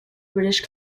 british